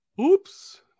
Oops